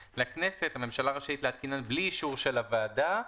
לכנסת, הממשלה רשאית להתקינן בלי אישור של הוועדה,